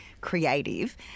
creative